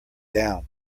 down